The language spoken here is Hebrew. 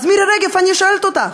אז מירי רגב, אני שואלת אותך: